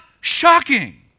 shocking